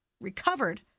recovered